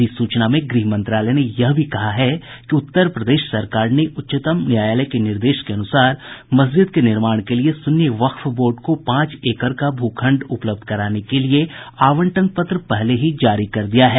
अधिसूचना में ग्रह मंत्रालय ने यह भी कहा है कि उत्तर प्रदेश सरकार ने उच्चतम न्यायालय के निर्देश के अनुसार मस्जिद के निर्माण के लिए सुन्नी वक्फ बोर्ड को पांच एकड़ का भूखंड उपलब्ध कराने के लिए आवंटन पत्र पहले ही जारी कर दिया है